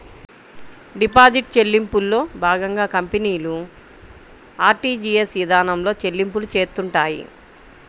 digital చెల్లింపుల్లో భాగంగా కంపెనీలు ఆర్టీజీయస్ ఇదానంలో చెల్లింపులు చేత్తుంటాయి